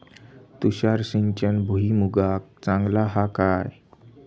तुषार सिंचन भुईमुगाक चांगला हा काय?